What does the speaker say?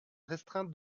restreinte